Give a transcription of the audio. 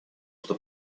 что